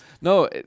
No